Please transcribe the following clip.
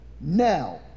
Now